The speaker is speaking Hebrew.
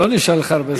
לא נשאר לך הרבה זמן.